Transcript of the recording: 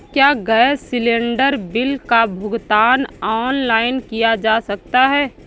क्या gas cylinder bill का भुगतान ऑनलाइन किया जा सकता है?